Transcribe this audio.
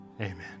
Amen